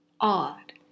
Odd